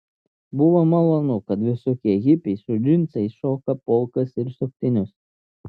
buvo malonu kad visokie hipiai su džinsais šoka polkas ir suktinius